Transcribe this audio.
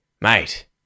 Mate